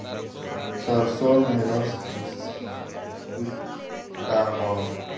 सरसो में रस चुसक किट का ह?